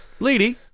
Lady